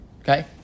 Okay